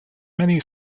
many